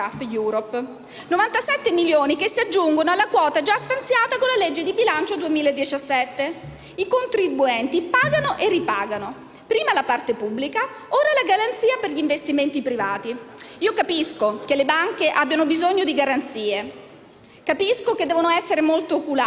Cup Europe, che si aggiungono alla quota già stanziata dalla legge di bilancio 2017. I contribuenti pagano e ripagano: prima la parte pubblica, ora la garanzia per gli investimenti privati. Io capisco che le banche abbiano bisogno di garanzie; capisco che devono essere molto oculate,